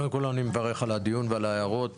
קודם כל אני מברך על הדיון ועל ההערות.